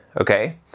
okay